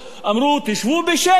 אמרו: תשבו בשקט,